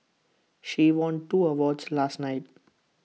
she won two awards last night